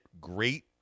great